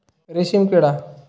रेशीमकिडा